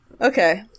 Okay